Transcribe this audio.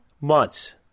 months